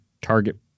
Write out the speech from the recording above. target